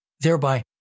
thereby